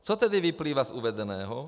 Co tedy vyplývá z uvedeného?